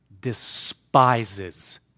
despises